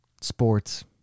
sports